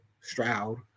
Stroud